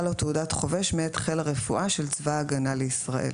לו תעודת חובש מאת חיל הרפואה של צבא ההגנה לישראל,"